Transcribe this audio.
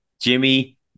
Jimmy